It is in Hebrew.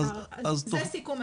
זה סיכום,